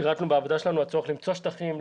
בעבודה שלנו פירטנו את הצורך למצוא שטחים,